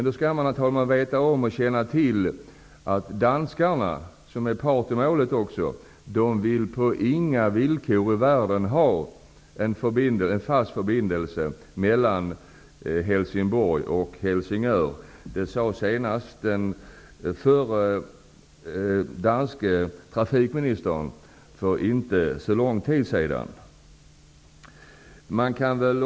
Då skall man, herr talman, veta om och känna till att danskarna, som är part i målet, inte på några villkor i världen vill ha en fast förbindelse mellan Helsingborg och Helsingör. Det sade senast den förre danske trafikministern för inte så lång tid sedan.